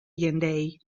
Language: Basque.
jendeei